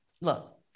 look